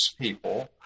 people